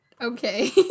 Okay